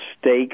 stakes